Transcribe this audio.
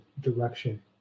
direction